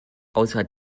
außer